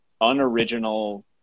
unoriginal